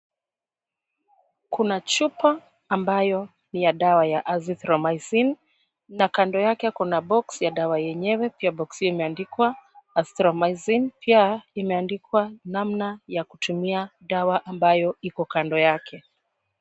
Kuna chupa ambayo ni ya dawa ya Azinthromycin na kando yake kuna box ya dawa yenyewe, pia box hiyo imeandikwa Azinthromycin, pia imeandikwa namna ya kutumia dawa ambayo iko kando yake.